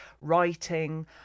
writing